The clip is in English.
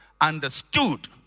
understood